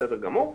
בסדר גמור,